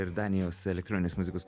ir danijos elektroninės muzikos